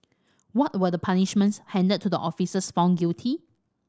what were the punishments handed to the officers found guilty